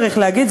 צריך להגיד,